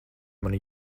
manu